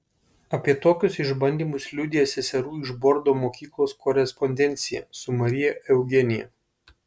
apie tokius išbandymus liudija seserų iš bordo mokyklos korespondencija su marija eugenija